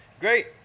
great